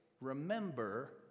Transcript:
remember